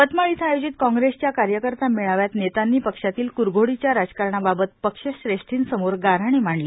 यवतमाळ इथं आयोजित काँग्रेस च्या कार्यकर्ता मेळाव्यात नेत्यांनी पक्षातील क्रघोडीच्या राजकारणाबाबत पक्ष श्रेष्ठींसमोर गाऱ्हाणे मांडले